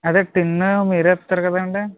అదే తిన్నగ మీరే ఇస్తారు కదండీ